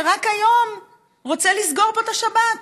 שרק היום רוצה לסגור פה את השבת.